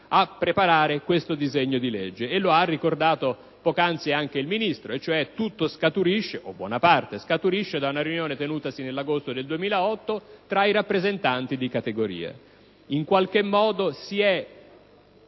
a preparare questo disegno di legge. L'ha ricordato poc'anzi anche il Ministro: tutto, o buona parte, scaturisce da una riunione tenutasi nell'agosto 2008 tra i rappresentanti di categoria. In qualche modo si è